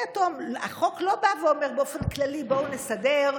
החוק לא בא ואומר באופן כללי: בואו נסדר,